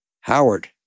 Howard